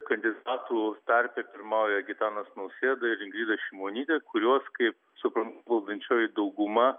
kandidatų tarpe pirmauja gitanas nausėda ir ingrida šimonytė kuriuos kaip suprantu valdančioji dauguma